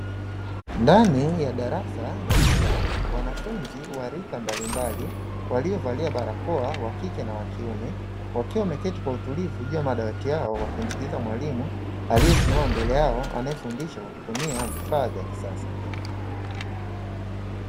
Ndani ya darasa la chuo, wanafunzi wa rika mbalimbali waliovalia barakoa wa kike na wa kiume, wakiwa wameketi kwa utulivu juu ya madawati yao wakimskiliza mwalimu aliyesimama mbele yao, akifundisha kwa kutumia vifaa vya kisasa.